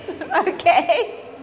okay